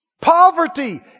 Poverty